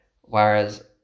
Whereas